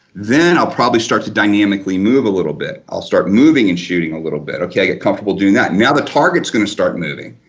then i'll start to dynamically move a little bit, i'll start moving and shooting a little bit, okay you're comfortable doing that. now the targets going to start moving,